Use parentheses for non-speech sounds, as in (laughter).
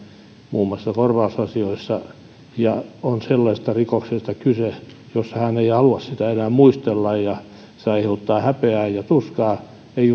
muun muassa korvausasioissa ja on sellaisesta rikoksesta kyse että hän ei halua sitä enää muistella ja se aiheuttaa häpeää ja tuskaa ei (unintelligible)